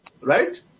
right